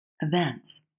events